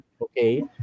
okay